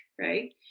right